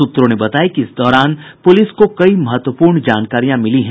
सूत्रों ने बताया कि इस दौरान पुलिस को कई महत्वपूर्ण जानकारियां मिली हैं